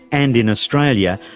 and in australia,